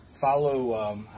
follow –